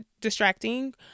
distracting